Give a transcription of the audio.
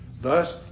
Thus